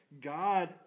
God